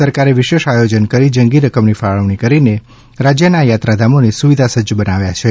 સરકારે વિશેષ આયોજન અને જંગી રકમની ફાળવણી કરીને રાજયના યાત્રાધામોને સુવિધાસજજ બનાવવામાં આવ્યા છે